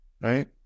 right